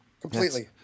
Completely